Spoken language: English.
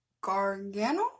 Gargano